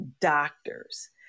doctors